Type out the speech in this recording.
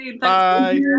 bye